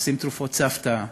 מחפשים תרופות סבתא.